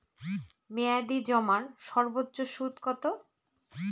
মেয়াদি জমার সর্বোচ্চ সুদ কতো?